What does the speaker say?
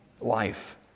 life